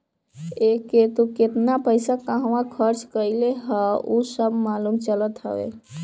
एके तू केतना पईसा कहंवा खरच कईले हवअ उ सब मालूम चलत हवे